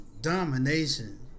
domination